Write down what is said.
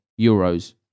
euros